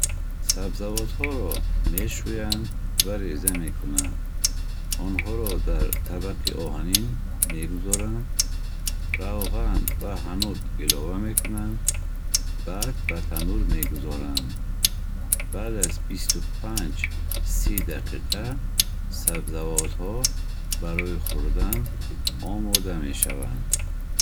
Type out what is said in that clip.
Сабзавотҳоро мешӯянд ва реза мекунанд. Онҳоро дар табақи оҳанин мегузоранд. Равған ва ҳанут илова мекунанд. Баъд ба танӯр мегузоранд. Пас аз бисту панҷ си дақиқа сабзавотҳо барои хурдан омода мешаванд.